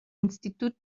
institut